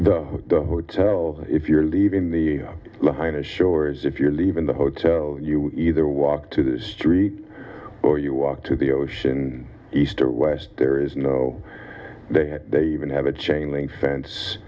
the the hotel if you're leaving the line is sure is if you're leaving the hotel you either walk to this street or you walk to the ocean east or west there is no they even have a chain link fence